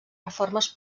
reformes